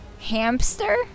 Hamster